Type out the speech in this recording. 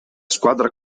squadra